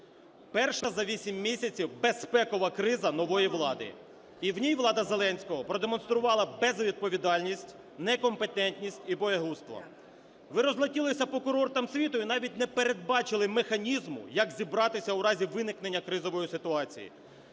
Перша за вісім місяців безпекова криза нової влади, і в ній влада Зеленського продемонструвала безвідповідальність, некомпетентність і боягузтво. Ви розлетілися по курортам світу і навіть не передбачили механізму, як зібратися у разі виникнення кризової ситуації.